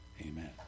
Amen